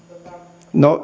no